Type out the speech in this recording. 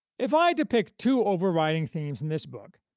if i to pick two overriding themes in this book,